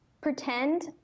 pretend